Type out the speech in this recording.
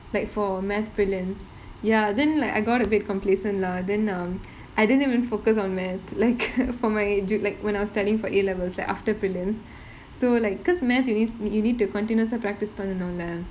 like for mathematics prelims ya then like I got a bit complacent lah then um I didn't even focus on mathematics like for my~ dude like when I was studying for A levels right after prelims so like because mathematics you nee~ you need to continuously practice பண்ணணும்ல:pannanumla